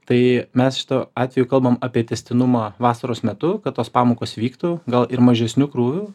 tai mes šitu atveju kalbam apie tęstinumą vasaros metu kad tos pamokos vyktų gal ir mažesniu krūviu